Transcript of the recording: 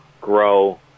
grow